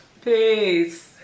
Peace